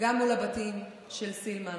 גם מול הבתים של סילמן,